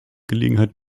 gelegenheit